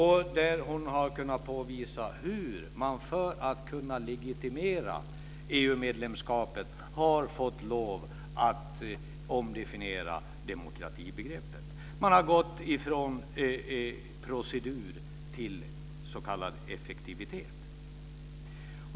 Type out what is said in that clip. Hon har kunnat påvisa hur man för att kunna legitimera EU medlemskapet har fått lov att omdefiniera demokratibegreppet. Man har gått från procedur till s.k. effektivitet.